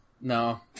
No